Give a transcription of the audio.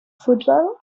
football